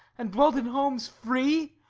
and dwelt in homes free,